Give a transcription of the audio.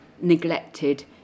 neglected